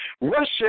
Russia